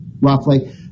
roughly